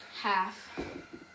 half